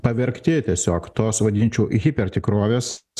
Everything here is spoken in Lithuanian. pavergti tiesiog tos vadinčiau hipertikrovės